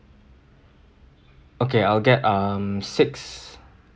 okay I'll get um six